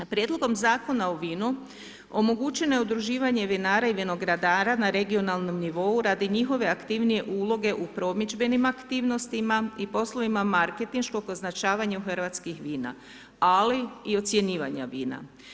Prijedlogom Zakona o vinu omogućeno je udruživanje vinara i vinogradara na regionalnom nivou radi njihove aktivnije uloge u promidžbenim aktivnostima i poslovima marketinškog označavanju hrvatskih vina, ali i ocjenjivanja vina.